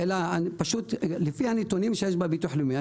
אלא פשוט לפי הנתונים שיש בביטוח לאומי.